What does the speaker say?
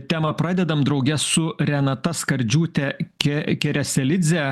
temą pradedam drauge su renata skardžiūte ke kereselidze